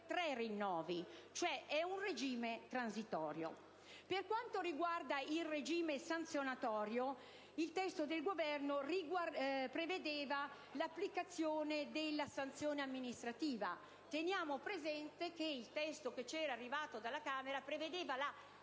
tratta cioè di un regime transitorio. Per quanto riguarda il regime sanzionatorio, il testo del Governo prevedeva l'applicazione della sanzione amministrativa, a differenza del testo pervenuto dalla Camera che prevedeva la